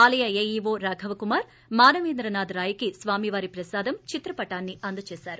ఆలయ ఏఈవో రాఘవకుమార్ మానవేంద్ర నాధ్ రాయ్ కి స్వామివారి ప్రసాదం చిత్రపటం అందజేశారు